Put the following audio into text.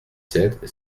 sept